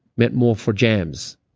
bit more for jams.